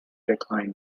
decline